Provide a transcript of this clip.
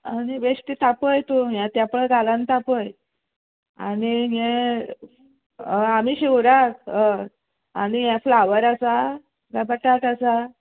आनी बेश्टें तापय तूं हें तेंपळां घाल आनी तापय आनी हें हय आमी शिवराक हय आनी हें फ्लावर आसा काय बटाट आसा